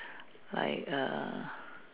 like A